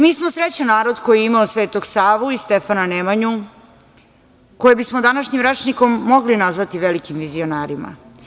Mi smo srećan narod koji je imao Svetog Savu i Stefana Nemanju, a koje bismo današnjim rečnikom mogli nazvati velikim vizionarima.